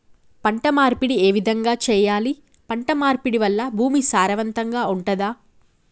పంట మార్పిడి ఏ విధంగా చెయ్యాలి? పంట మార్పిడి వల్ల భూమి సారవంతంగా ఉంటదా?